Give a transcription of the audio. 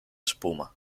espuma